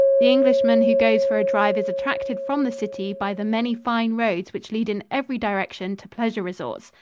the englishman who goes for a drive is attracted from the city by the many fine roads which lead in every direction to pleasure resorts.